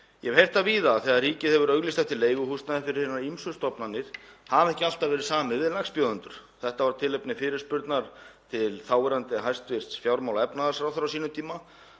Ég hef heyrt það víða að þegar ríkið hefur auglýst eftir leiguhúsnæði fyrir hinar ýmsu stofnanir hafi ekki alltaf verið samið við lægstbjóðendur. Þetta var tilefni fyrirspurnar til þáverandi hæstv. fjármála- og efnahagsráðherra á sínum tíma